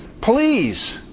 please